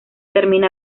termina